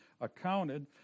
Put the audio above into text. accounted